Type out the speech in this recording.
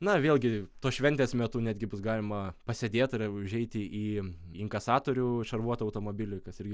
na vėlgi tos šventės metu netgi bus galima pasėdėt ar užeiti į inkasatorių šarvuotą automobilį kas irgi